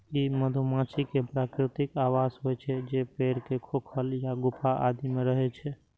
ई मधुमाछी के प्राकृतिक आवास होइ छै, जे पेड़ के खोखल या गुफा आदि मे रहै छै